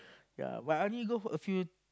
ya but I only go for a few